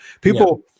people